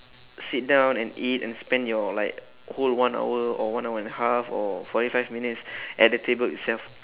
sit down and eat and spend your like whole one hour or one hour and a half or forty five minutes at the table itself